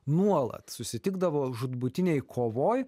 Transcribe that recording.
nuolat susitikdavo žūtbūtinėj kovoj